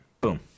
boom